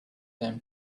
them